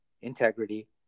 integrity